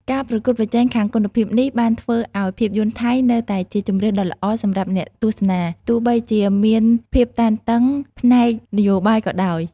ការប្រកួតប្រជែងខាងគុណភាពនេះបានធ្វើឲ្យភាពយន្តថៃនៅតែជាជម្រើសដ៏ល្អសម្រាប់អ្នកទស្សនា ទោះបីជាមានភាពតានតឹងផ្នែកនយោបាយក៏ដោយ។